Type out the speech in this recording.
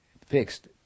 fixed